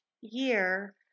year